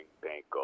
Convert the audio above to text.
bank